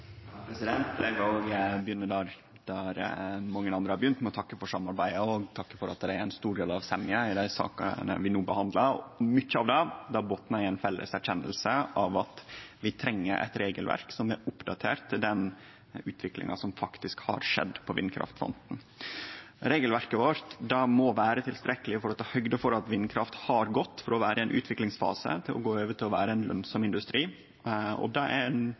Eg vil òg begynne der mange andre har begynt, med å takke for samarbeidet og takke for at det er ein stor grad av semje i dei sakene vi no behandlar. Mykje av det botnar i ei felles erkjenning av at vi treng eit regelverk som er oppdatert til den utviklinga som faktisk har skjedd på vindkraftfronten. Regelverket vårt må vere tilstrekkeleg for å ta høgd for at vindkraft har gått frå å vere i ein utviklingsfase til å bli ein lønsam industri, og det er